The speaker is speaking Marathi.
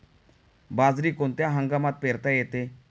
बाजरी कोणत्या हंगामात पेरता येते?